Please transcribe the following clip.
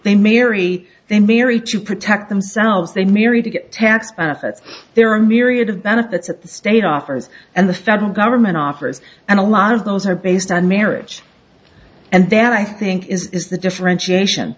they marry they marry to protect themselves they marry to get tax benefits there are myriad of benefits at the state offers and the federal government offers and a lot of those are based on marriage and then i think is the differentiation